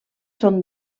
són